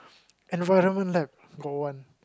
environment lab got one